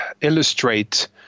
illustrate